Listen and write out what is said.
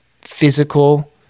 physical